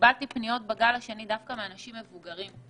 קיבלתי פניות בגל השני דווקא מאנשים מבוגרים,